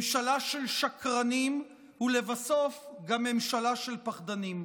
ממשלה של שקרנים ולבסוף גם ממשלה של פחדנים.